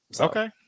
Okay